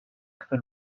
geffen